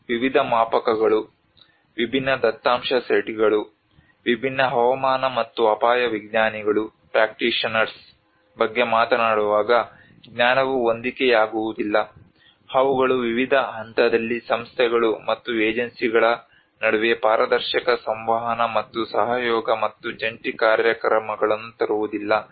ನಾವು ವಿವಿಧ ಮಾಪಕಗಳು ವಿಭಿನ್ನ ದತ್ತಾಂಶ ಸೆಟ್ಗಳು ವಿಭಿನ್ನ ಹವಾಮಾನ ಮತ್ತು ಅಪಾಯ ವಿಜ್ಞಾನಿಗಳು ಪ್ರಾಕ್ಟಿಷನರ್ಸ್ risk scientist's practitioners ಬಗ್ಗೆ ಮಾತನಾಡುವಾಗ ಜ್ಞಾನವು ಹೊಂದಿಕೆಯಾಗುವುದಿಲ್ಲ ಅವುಗಳು ವಿವಿಧ ಹಂತದಲ್ಲಿ ಸಂಸ್ಥೆಗಳು ಮತ್ತು ಏಜೆನ್ಸಿಗಳ ನಡುವೆ ಪಾರದರ್ಶಕ ಸಂವಹನ ಮತ್ತು ಸಹಯೋಗ ಮತ್ತು ಜಂಟಿ ಕಾರ್ಯಕ್ರಮಗಳನ್ನು ತರುವುದಿಲ್ಲ